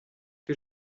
que